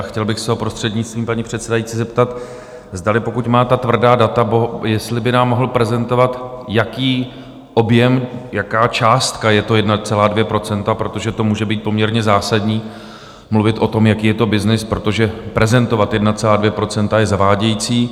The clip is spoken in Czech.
Chtěl bych se ho, prostřednictvím paní předsedající, zeptat, zdali, pokud má ta tvrdá data, jestli by nám mohl prezentovat, jaký objem, jaká částka je 1,2 %, protože to může být poměrně zásadní mluvit o tom, jaký je to byznys, protože prezentovat 1,2 % je zavádějící.